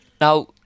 Now